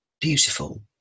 beautiful